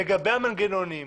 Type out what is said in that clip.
לגבי המנגנונים,